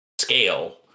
scale